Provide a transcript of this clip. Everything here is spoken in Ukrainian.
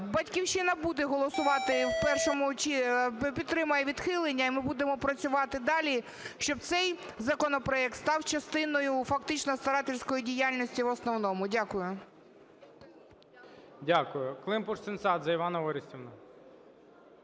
"Батьківщина" буде голосувати в першому… підтримає відхилення, і ми будемо працювати далі, щоб цей законопроект став частиною фактично старательської діяльності в основному. Дякую. ГОЛОВУЮЧИЙ. Дякую. Климпуш-Цинцадзе Іванна Орестівна.